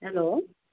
hello